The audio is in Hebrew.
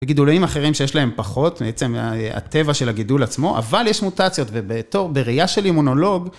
וגידולים אחרים שיש להם פחות, בעצם הטבע של הגידול עצמו, אבל יש מוטציות ובתור, בראייה של אימונולוג,